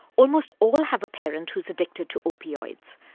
almost all have a parent who's addicted to opioids.